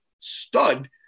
stud